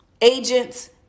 agents